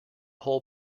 whole